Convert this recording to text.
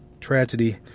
tragedy